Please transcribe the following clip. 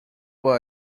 boy